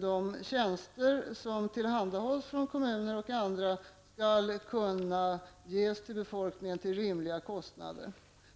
de tjänster som tillhandahålls från kommuner och andra skall kunna ges till befolkningen till rimliga kostnader.